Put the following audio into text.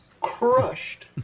crushed